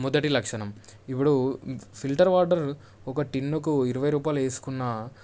మొదటి లక్షణం ఇపుడు ఫిల్టర్ వాటర్ ఒక టిన్నుకు ఇరవై రూపాయలు వేసుకున్నా